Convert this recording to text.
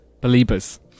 believers